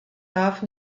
darf